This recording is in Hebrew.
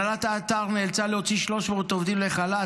הנהלת האתר נאלצה להוציא 300 עובדים לחל"ת,